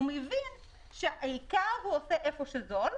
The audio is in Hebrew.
הוא מבין שהעיקר זה איפה שזול,